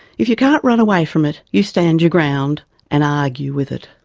if you can't run away from it, you stand your ground and argue with it.